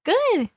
Good